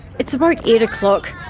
it's about eight o'clock,